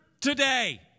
today